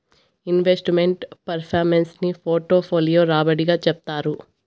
invest meant performance ని portfolio రాబడి గా చెప్తారు